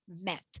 met